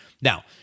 Now